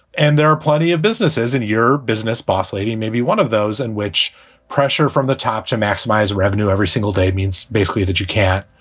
and there are plenty of businesses in your business, boss lady, maybe one of those in which pressure from the top to maximize revenue every single day means basically that you can't,